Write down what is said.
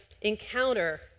encounter